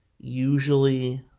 Usually